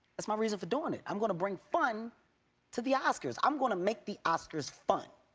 that's my reason for doing it, i'm going to bring fun to the oscars. i'm going to make the oscars fun.